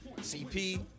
CP